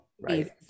right